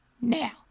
Now